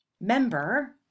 Member